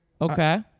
Okay